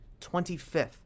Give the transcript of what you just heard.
25th